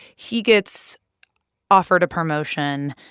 he gets offered a promotion,